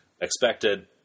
expected